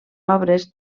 obres